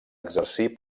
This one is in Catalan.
exercir